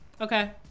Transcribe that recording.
Okay